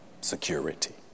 security